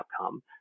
outcome